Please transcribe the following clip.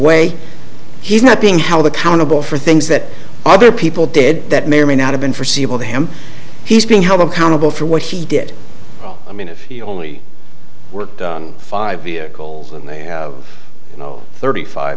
way he's not being held accountable for things that other people did that may or may not have been forseeable to him he's being held accountable for what he did i mean if he only worked on five vehicles and they have no thirty five